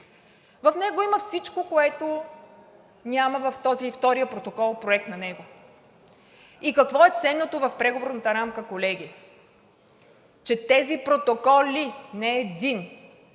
В него има всичко, което няма в този, втория протокол – проект на него. И какво е ценното в Преговорната рамка, колеги? Че тези протоколи – не един,